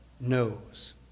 knows